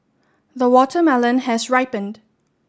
the watermelon has ripened